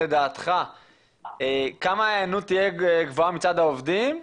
לדעתך כמה היענות תהיה גבוהה מצד העובדים?